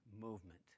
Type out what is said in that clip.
movement